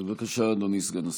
בבקשה, אדוני סגן השר.